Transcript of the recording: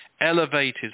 elevated